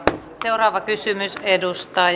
seuraava kysymys edustaja